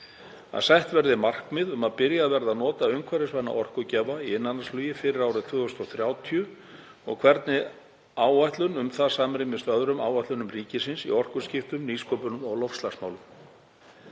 Að sett verði markmið um að byrjað verði að nota umhverfisvæna orkugjafa í innanlandsflugi fyrir árið 2030 og hvernig áætlun um það samrýmist öðrum áætlunum ríkisins í orkuskiptum, nýsköpun og loftslagsmálum.